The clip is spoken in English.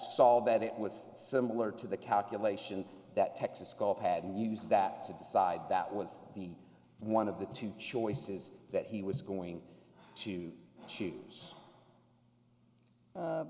sol that it was similar to the calculation that texas gov had and use that to decide that was the one of the two choices that he was going to choose